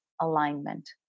alignment